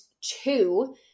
two